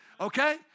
Okay